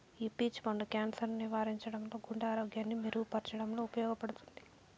ఈ పీచ్ పండు క్యాన్సర్ ను నివారించడంలో, గుండె ఆరోగ్యాన్ని మెరుగు పరచడంలో ఉపయోగపడుతుంది